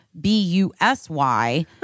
B-U-S-Y